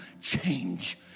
change